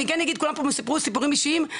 כולם כאן מספרים סיפורים אישיים,